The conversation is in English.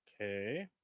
Okay